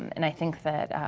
and i think that